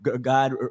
God